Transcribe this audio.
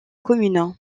commune